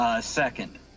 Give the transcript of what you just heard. Second